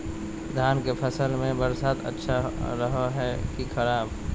धान के फसल में बरसात अच्छा रहो है कि खराब?